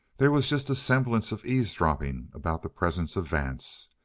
there was just a semblance of eavesdropping about the presence of vance.